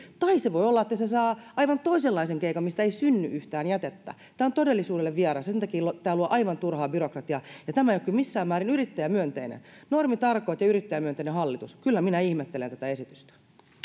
tai voi olla että se saa aivan toisenlaisen keikan mistä ei synny yhtään jätettä tämä on todellisuudelle vieras esitys ja sen takia tämä luo aivan turhaa byrokratiaa ja tämä ei ole kyllä missään määrin yrittäjämyönteinen normitalkoot ja yrittäjämyönteinen hallitus kyllä minä ihmettelen tätä esitystä